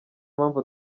mpamvu